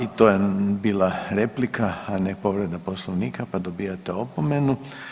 I to je bila replika, a ne povreda Poslovnika, pa dobijate opomenu.